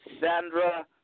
Sandra